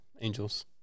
angels